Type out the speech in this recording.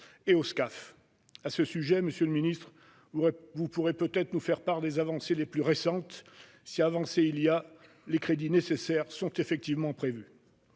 et au Scaf. À ce sujet, monsieur le ministre, vous pourrez peut-être nous faire part des avancées les plus récentes ; si avancées il y a, les crédits nécessaires sont effectivement prévus.